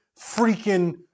freaking